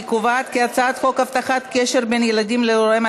אני קובעת כי הצעת חוק הבטחת קשר בין ילדים להוריהם,